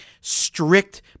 strict